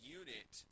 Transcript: unit